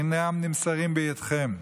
אין נמסרים בידכם.